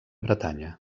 bretanya